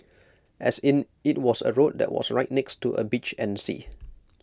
as in IT was A road that was right next to A beach and sea